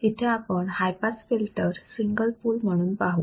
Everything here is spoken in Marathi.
इथे आपण high pass filter single pole म्हणून पाहू